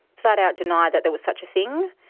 flat-out denied that there was such a thing.